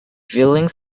filling